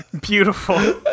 Beautiful